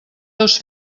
dos